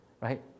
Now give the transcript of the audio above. Right